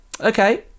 Okay